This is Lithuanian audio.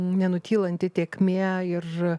nenutylanti tėkmė ir